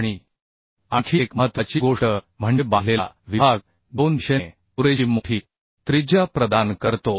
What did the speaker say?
आणि आणखी एक महत्त्वाची गोष्ट म्हणजे बांधलेला विभाग दोन दिशेने पुरेशी मोठी त्रिज्या प्रदान करतो